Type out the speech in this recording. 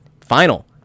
final